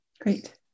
great